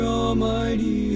almighty